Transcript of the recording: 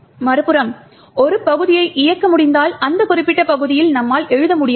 மறுபுறம் ஒரு பகுதியை இயக்க முடிந்தால் அந்த குறிப்பிட்ட பகுதியில் நம்மால் எழுத முடியாது